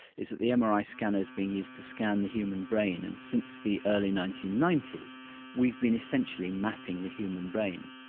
is that the mri scanner is being used to scan the human brain, and since the early nineteen ninety s we've been essentially mapping the human brain.